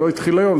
זה לא התחיל היום,